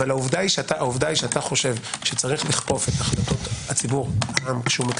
אבל העובדה שאתה חושב שצריך לכוף את הציבור כשמקדם